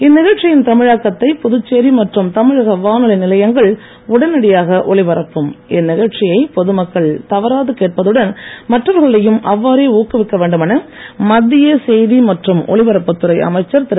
இந்நிகழ்ச்சியின் தமிழாக்கத்தை உடனடியாக புதுச்சேரி மற்றும் தமிழக வானொலி நிலையங்கள் உடனடியாக ஒலிபரப்பும் இந்நிகழ்ச்சியை பொதுமக்கள் தவறாது கேட்பதுடன் மற்றவர்களையும் அவ்வாறே ஊக்குவிக்க வேண்டுமென மத்திய செய்தி மற்று ஒலிபரப்புத் துறை அமைச்சர் திரு